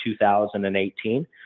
2018